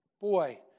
Boy